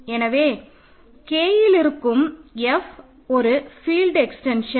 எனவே K இல் இருக்கும் F ஒரு ஃபீல்ட் எக்ஸ்டென்ஷன்